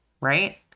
Right